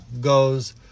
goes